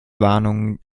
warnung